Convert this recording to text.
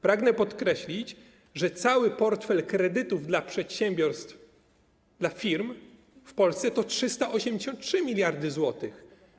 Pragnę podkreślić, że cały portfel kredytów dla przedsiębiorstw, dla firm w Polsce to 383 mld zł.